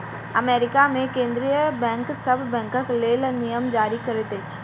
America मे केंद्रीय bank सभ बैंकक लेल नियम जारी करैत अछि